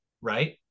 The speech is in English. right